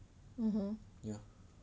mmhmm